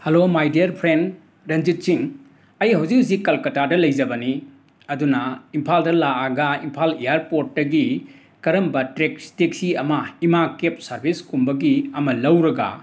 hello my dear friend Ranjit Singh ꯑꯩ ꯍꯧꯖꯤꯛ ꯍꯧꯖꯤꯛ ꯀꯜꯀꯇꯥꯗ ꯂꯩꯖꯕꯅꯤ ꯑꯗꯨꯅ ꯏꯝꯐꯥꯜꯗ ꯂꯥꯛꯑꯒ ꯏꯝꯐꯥꯜ ꯑ꯭ꯌꯔꯄꯣꯔꯠꯇꯒꯤ ꯀꯔꯝꯕ ꯇ꯭ꯔꯦꯛꯁ ꯇꯦꯛꯁꯤ ꯑꯃ ꯏꯃꯥ ꯀꯦꯞ ꯁꯥꯔꯕꯤꯁꯀꯨꯝꯕꯒꯤ ꯑꯃ ꯂꯧꯔꯒ